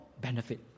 benefit